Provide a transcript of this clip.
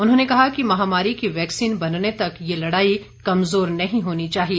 उन्होंने कहा कि महामारी की वैक्सीन बनने तक यह लड़ाई कमजोर नहीं होनी चाहिए